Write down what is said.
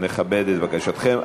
נכבד את בקשתכם.